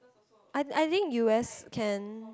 I I think u_s can